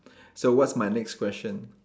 so what's my next question